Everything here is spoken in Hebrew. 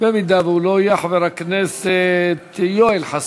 אם הוא לא יהיה, חבר הכנסת יואל חסון.